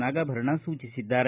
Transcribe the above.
ನಾಗಭರಣ ಸೂಚಿಸಿದ್ದಾರೆ